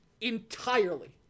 entirely